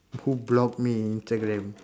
who blocked me in Instagram